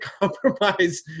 compromise